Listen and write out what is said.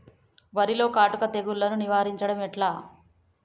వరిలో కాటుక తెగుళ్లను నివారించడం ఎట్లా?